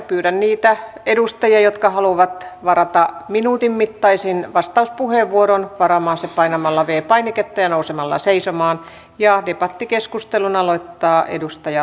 pyydän niitä edustajia jotka haluavat varata minuutin mittaisen vastauspuheenvuoron varaamaan sen painamalla v painiketta ja nousemalla seisomaan ja vipatti keskustelun aloittaa edustaja